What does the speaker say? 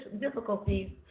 difficulties